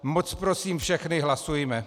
Moc prosím všechny: hlasujme!